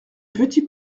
petit